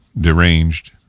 deranged